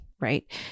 right